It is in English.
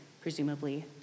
presumably